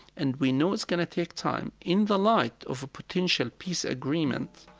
and we know it's going to take time. in the light of a potential peace agreement,